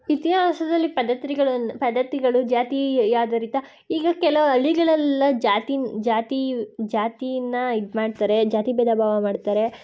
ಇತಿಹಾಸದಲ್ಲಿ ಪದ್ಧತಿಗಳನ್ನ ಪದ್ಧತಿಗಳು ಜಾತಿ ಆಧಾರಿತ ಈಗ ಕೆಲವು ಹಳ್ಳಿಗಳಲ್ಲ ಜಾತೀನ ಜಾತಿ ಜಾತೀನ ಇದು ಮಾಡ್ತಾರೆ ಜಾತಿ ಭೇದ ಭಾವ ಮಾಡ್ತಾರೆ